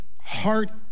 heart